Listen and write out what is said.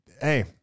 hey